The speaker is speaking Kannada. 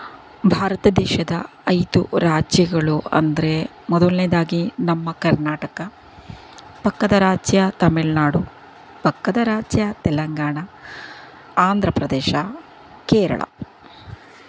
ಭಾರತ ದೇಶದ ಐದು ರಾಜ್ಯಗಳು ಅಂದ್ರೆ ಮೊದಲ್ನೇದಾಗಿ ನಮ್ಮ ಕರ್ನಾಟಕ ಪಕ್ಕದ ರಾಜ್ಯ ತಮಿಳು ನಾಡು ಪಕ್ಕದ ರಾಜ್ಯ ತೆಲಂಗಾಣ ಆಂಧ್ರಪ್ರದೇಶ ಕೇರಳ